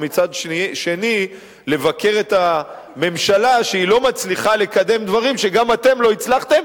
ומצד שני לבקר את הממשלה שהיא לא מצליחה לקדם דברים שגם אתם לא הצלחתם,